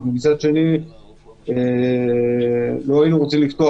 אבל מצד שני לא היינו רוצים לפתוח,